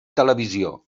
televisió